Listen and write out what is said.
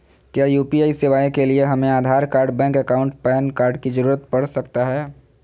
क्या यू.पी.आई सेवाएं के लिए हमें Aadhaar card bank account PAN card की जरूरत पड़ सकता है?